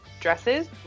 dresses